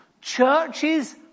Churches